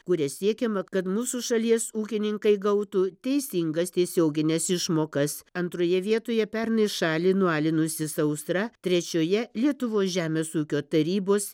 kuria siekiama kad mūsų šalies ūkininkai gautų teisingas tiesiogines išmokas antroje vietoje pernai šalį nualinusi sausra trečioje lietuvos žemės ūkio tarybos